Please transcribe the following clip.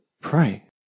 pray